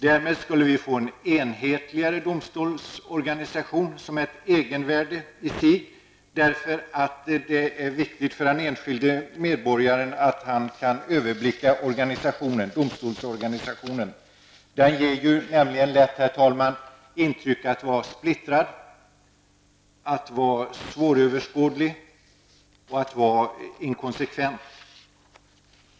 Därmed skulle vi få en enhetligare domstolsorganisation, vilket är ett egenvärde i sig; därför att det är viktigt för den enskilde medborgaren att han kan överblicka domstolsorganisationen. Den ger ju lätt, herr talman, intryck av att vara splittrad, svåröverskådlig och inkonsekvent.